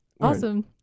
Awesome